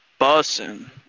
bussin